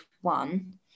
one